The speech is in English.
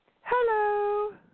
Hello